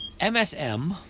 MSM